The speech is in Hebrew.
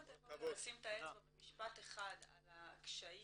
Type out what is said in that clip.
אם אתה יכול לשים את האצבע במשפט אחד על הקשיים